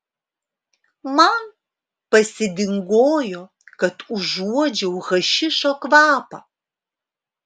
man pasidingojo kad užuodžiau hašišo kvapą